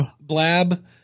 Blab